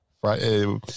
Friday